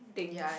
things